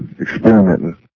experimenting